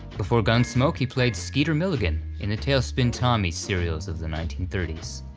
before gunsmoke he played skeeter milligan in the tailspin tommy serials of the nineteen thirty s.